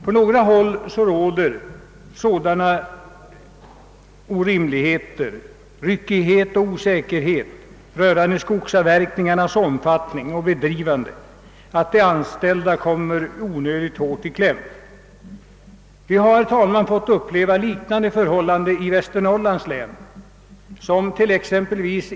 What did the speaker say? På några håll råder orimliga förhållanden med ryckighet och osäkerhet rörande skogsavverkningarnas omfattning och bedrivande, vilket medför att de anställda onödigt hårt kommer i kläm. Vi har fått uppleva något liknande i Västernorrlands län.